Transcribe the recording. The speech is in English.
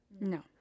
No